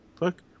Look